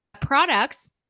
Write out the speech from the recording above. products